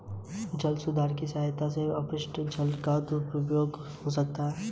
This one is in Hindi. जल सुधार की सहायता से हम अपशिष्ट जल का दुबारा उपयोग कर सकते हैं